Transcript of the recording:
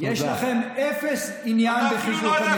הבן אדם.